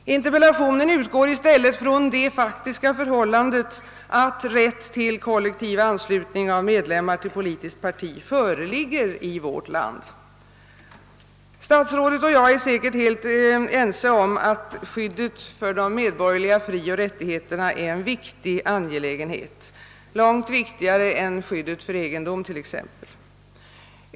Interpellationen utgår i stället från det faktiska förhållandet att rätt till kollektiv anslutning av medlemmar till politiskt parti föreligger i vårt land. Statsrådet och jag är säkert helt ense om att skyddet för de medborgerliga frioch rättigheterna är en viktig angelägenhet, långt viktigare än t.ex. skyddet för egendom.